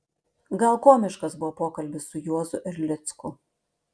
gal komiškas buvo pokalbis su juozu erlicku